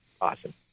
Awesome